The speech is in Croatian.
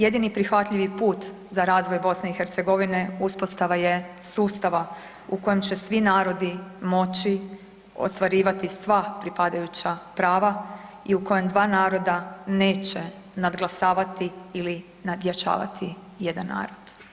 Jedini prihvatljivi put za razvoj Bosne i Hercegovine uspostava je sustava u kojem će svi narodi moći ostvarivati sva pripadajuća prava i u kojem dva naroda neće nadglasavati ili nadjačavati jedan narod.